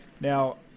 Now